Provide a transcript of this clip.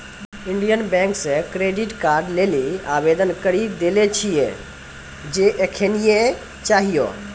Indian Bank से card कार्ड लेली आवेदन करी देले छिए जे एखनीये चाहियो